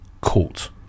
court